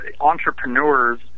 entrepreneurs